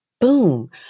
boom